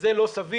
זה לא סביר,